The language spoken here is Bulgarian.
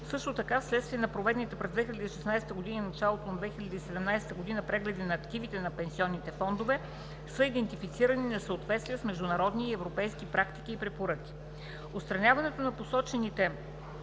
Също така, вследствие на проведените през 2016 г. и началото на 2017 г. прегледи на активите на пенсионните фондове са идентифицирани несъответствия с международни и европейски практики и препоръки. Отстраняването на посочените